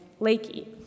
Lakey